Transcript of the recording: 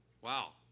Wow